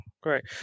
great